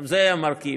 גם זה היה מרכיב.